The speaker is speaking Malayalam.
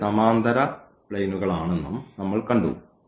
അവിടെ സമാന്തര പ്ലെയിനുകളാണെന്നും നമ്മൾ കണ്ടു